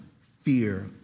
fear